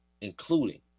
including